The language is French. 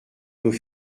nos